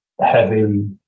heavy